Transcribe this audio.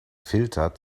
filter